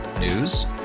News